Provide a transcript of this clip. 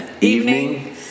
Evening